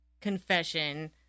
confession